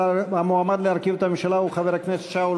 המועמד להרכיב את הממשלה הוא חבר הכנסת ג'מאל